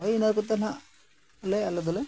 ᱦᱳᱭ ᱤᱱᱟᱹ ᱠᱚᱛᱮ ᱱᱟᱦᱟᱸᱜ ᱞᱟᱹᱭ ᱟᱞᱮ ᱫᱚᱞᱮ